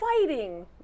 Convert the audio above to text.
fighting